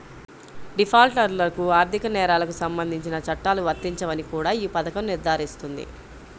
డిఫాల్టర్లకు ఆర్థిక నేరాలకు సంబంధించిన చట్టాలు వర్తించవని కూడా ఈ పథకం నిర్ధారిస్తుంది